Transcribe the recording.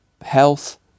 health